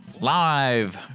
Live